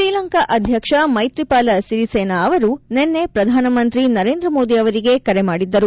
ಶ್ರೀಲಂಕಾ ಅಧ್ವಕ್ಷ ಮೈತ್ರಿಪಾಲಾ ಸಿರಿಸೇನಾ ಅವರು ನಿನ್ನೆ ಪ್ರಧಾನಮಂತ್ರಿ ನರೇಂದ್ರ ಮೋದಿ ಅವರಿಗೆ ಕರೆ ಮಾಡಿದ್ದರು